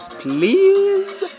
please